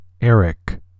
Eric